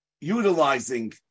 utilizing